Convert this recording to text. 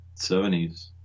70s